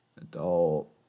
Adult